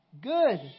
good